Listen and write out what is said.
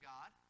God